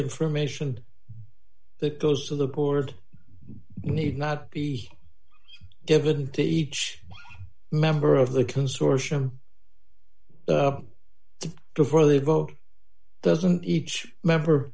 information that goes to the port need not be given to each member of the consortium before they vote doesn't each member